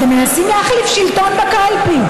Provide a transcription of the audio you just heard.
אתם מנסים להחליף שלטון ולא בקלפי,